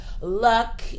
luck